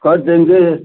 कर देंगे